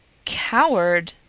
coward?